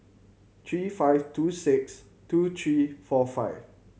three five two six two three four five